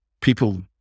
People